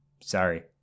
Sorry